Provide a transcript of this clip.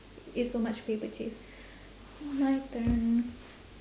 it's so much paper chase my turn